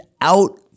out